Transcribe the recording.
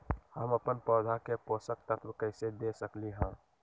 हम अपन पौधा के पोषक तत्व कैसे दे सकली ह?